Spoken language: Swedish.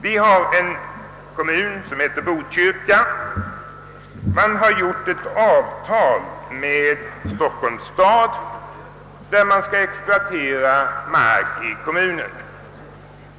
Vi har en kommun som heter Botkyrka. Där har man träffat ett avtal med Stockholms stad, enligt vilket marken i kommunen skall exploateras.